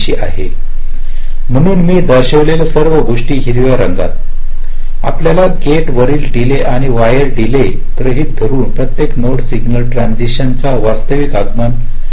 म्हणून मी दर्शविलेल्या सर्व गोष्टी हिरव्या रंगात आपल्याला गेट वरील डीले आणि वायर डीले गृहीत धरून प्रत्येक नोडवर सिग्नल ट्रान्सिशन चा वास्तविक आगमन होत आहे